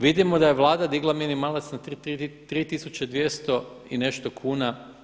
Vidimo da je Vlada digla minimalac na 3200 i nešto kuna.